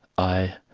i